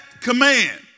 command